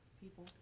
people